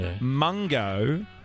Mungo